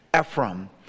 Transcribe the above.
Ephraim